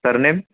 surname